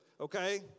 okay